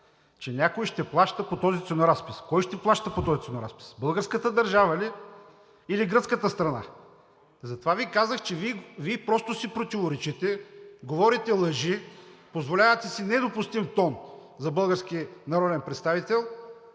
Че някой ще плаща по този ценоразпис. Кой ще плаща по този ценоразпис? Българската държава ли, или гръцката страна? Затова Ви казах, че Вие просто си противоречите, говорите лъжи, позволявате си недопустим тон за български народен представител